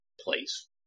place